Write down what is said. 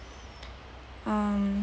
um